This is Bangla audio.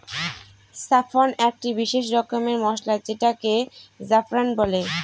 স্যাফরন একটি বিশেষ রকমের মসলা যেটাকে জাফরান বলে